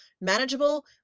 manageable